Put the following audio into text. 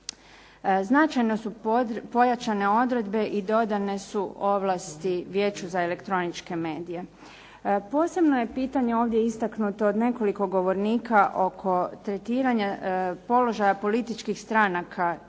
Značajno su pojačane odredbe i dodane su ovlasti Vijeću za elektroničke medije. Posebno je pitanje ovdje istaknuto od nekoliko govornika oko tretiranja položaja političkih stranaka